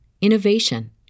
innovation